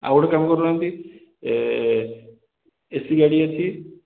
ଆଉ ଗୋଟେ କାମ କରୁନାହାଁନ୍ତି ଏସି ଗାଡ଼ି ଅଛି